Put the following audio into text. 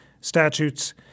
statutes